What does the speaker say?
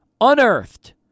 unearthed